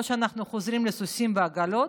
או שאנחנו חוזרים לסוסים ועגלות,